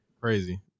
Crazy